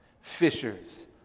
fishers